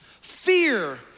fear